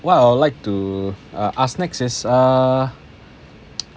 what I would like to ask next is uh